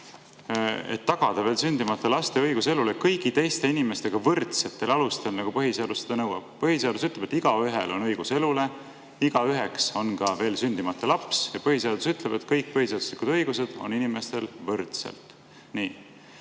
et tagada veel sündimata laste õigus elule kõigi teiste inimestega võrdsetel alustel, nagu põhiseadus seda nõuab? Põhiseadus ütleb, et igaühel on õigus elule, igaüheks on ka veel sündimata laps ja põhiseadus ütleb, et kõik põhiseaduslikud õigused on inimestel võrdselt.